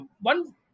one